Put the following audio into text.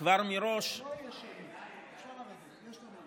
אפשר לרדת.